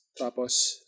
Tapos